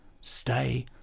stay